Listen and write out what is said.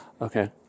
Okay